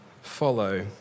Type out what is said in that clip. Follow